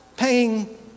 Paying